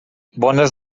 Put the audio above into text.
bones